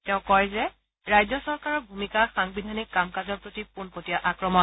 তেওঁ কয় যে ৰাজ্য চৰকাৰৰ ভূমিকা সাংবিধানিক কাম কাজৰ প্ৰতি পোনপটীয়া আক্ৰমণ